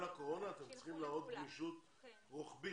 הקרובות כתלות בכל מיני גורמים אקסוגניים.